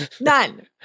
none